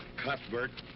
cuthbert.